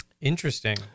Interesting